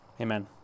Amen